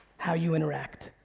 how you interact.